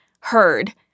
heard